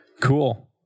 Cool